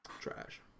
Trash